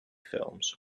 films